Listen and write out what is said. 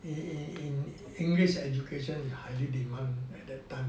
in in in english education highly demand at that time